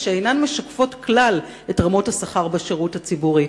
שאינן משקפות כלל את רמות השכר בשירות הציבורי.